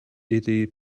iddi